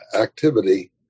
activity